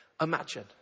Imagine